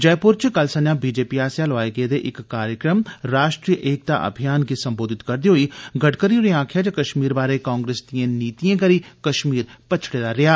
जयपुर च कल संजा भाजपा आस्सेआ लोआए गेदे इक कार्यक्रम ''राश्ट्रीय एकता अभियान'' गी संबोधत करदे होई गडकरी होरें आक्खेआ जे कश्मीर बारे कांग्रेस दिए नीतिएं करी कश्मीर पिच्छड़े दा रेआ